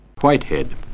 Whitehead